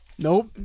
Nope